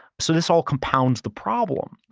so this all compounds the problem.